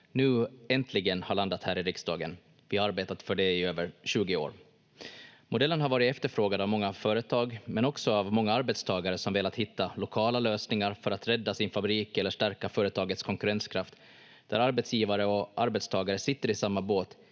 nu äntligen har landat här i riksdagen. Vi har arbetat för det i över 20 år. Modellen har varit efterfrågad av många företag, men också av många arbetstagare som velat hitta lokala lösningar för att rädda sin fabrik eller stärka företagens konkurrenskraft, där arbetsgivare och arbetstagare sitter i samma båt